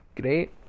great